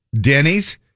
Denny's